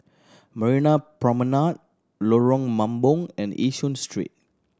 Marina Promenade Lorong Mambong and Yishun Street